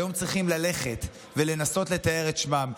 היום צריכים ללכת ולנסות לטהר את שמם.